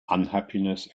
unhappiness